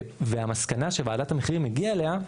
והמסקנה שוועדת המחירים הגיעה אליה,